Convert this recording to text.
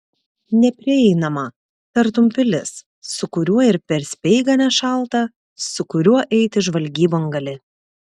neprieinamą tartum pilis su kuriuo ir per speigą nešalta su kuriuo eiti žvalgybon gali